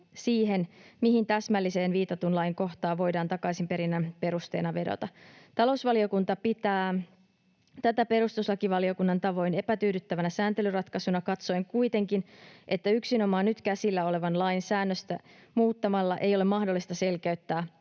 siihen, mihin täsmälliseen viitatun lain kohtaan voidaan takaisinperinnän perusteena vedota. Talousvaliokunta pitää tätä perustuslakivaliokunnan tavoin epätyydyttävänä sääntelyratkaisuna katsoen kuitenkin, että yksinomaan nyt käsillä olevan lain säännöstä muuttamalla ei ole mahdollista selkeyttää